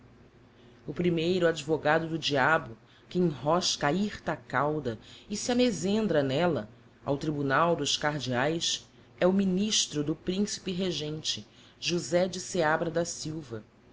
o primeiro advogado do diabo que enrosca a hirta cauda e se amezendra n'ella ao tribunal dos cardeaes é o ministro do principe regente josé de seabra da silva